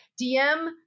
DM